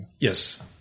yes